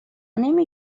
نمی